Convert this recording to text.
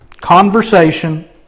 conversation